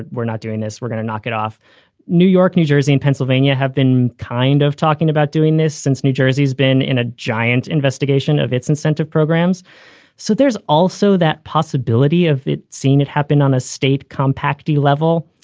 we're not doing this. we're going to knock it off new york, new jersey in pennsylvania have been kind of talking about doing this since new jersey's been in a giant investigation of its incentive programs so there's also that possibility of it. seen it happen on a state compactly level.